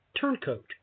turncoat